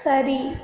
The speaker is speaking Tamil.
சரி